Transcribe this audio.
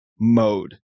mode